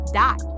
dot